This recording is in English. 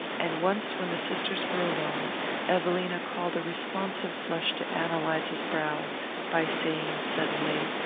and once when the sisters were alone evelina called a responsive flush to ann eliza's brow by saying suddenly,